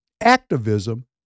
activism